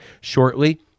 shortly